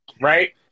right